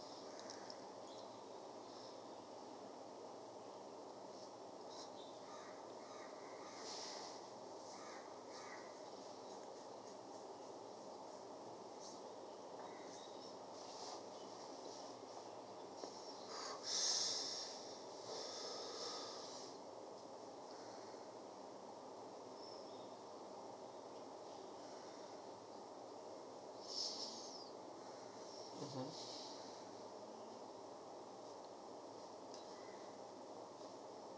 mmhmm